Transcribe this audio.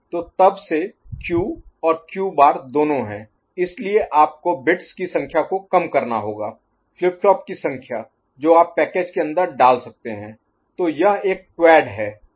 तो तब से क्यू और क्यू बार Q' दोनों हैं इसलिए आपको बिट्स की संख्या को कम करना होगा फ्लिप फ्लॉप की संख्या जो आप पैकेज के अंदर डाल सकते हैं तो यह एक क्वैड है